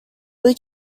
will